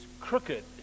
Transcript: crooked